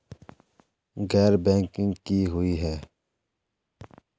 गैर बैंकिंग की हुई है?